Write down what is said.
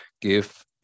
give